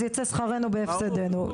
אז יצא שכרנו בהפסדנו.